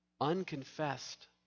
Unconfessed